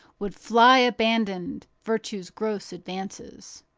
would fly abandoned virtue's gross advances.